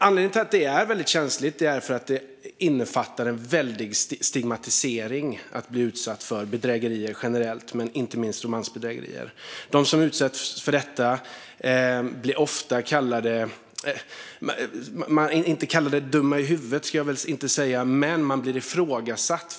Anledningen till att det är väldigt känsligt är att det innefattar en väldig stigmatisering att bli utsatt för bedrägerier generellt, inte minst romansbedrägerier. De som utsätts kanske inte blir kallade dumma i huvudet, men de ifrågasätts.